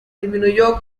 disminuyó